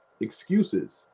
excuses